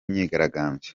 myigaragambyo